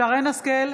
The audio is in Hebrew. שרן מרים השכל,